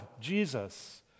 Jesus